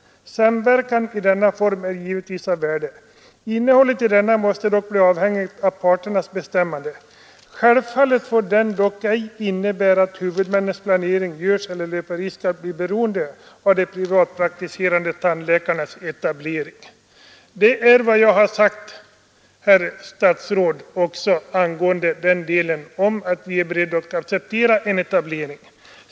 Samverkan i denna form är givetvis av värde. Innehållet i denna måste dock bli avhängigt av parternas bestämmande. Självfallet får den dock ej innebära att huvudmännens planering görs eller löper risk att bli beroende av de privatpraktiserande tandläkarnas etablering.” Det är vad jag också har sagt, herr statsråd, angående den delen — att vi är beredda att acceptera en etablering.